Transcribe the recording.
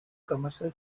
commercial